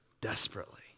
desperately